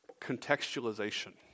contextualization